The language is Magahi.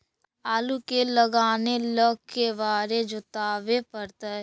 आलू के लगाने ल के बारे जोताबे पड़तै?